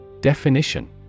Definition